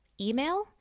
email